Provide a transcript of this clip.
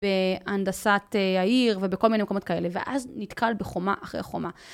בהנדסת העיר ובכל מיני מקומות כאלה, ואז נתקל בחומה אחרי חומה.